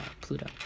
Pluto